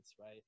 right